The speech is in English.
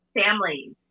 families